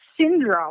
syndrome